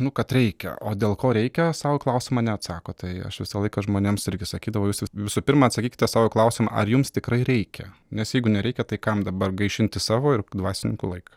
nu kad reikia o dėl ko reikia sau į klausimą neatsako tai aš visą laiką žmonėms irgi sakydavau jūs visų pirma atsakykite sau į klausimą ar jums tikrai reikia nes jeigu nereikia tai kam dabar gaišinti savo ir dvasininko laiką